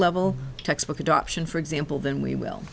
level textbook adoption for example then we will